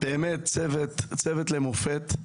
באמת צוות למופת,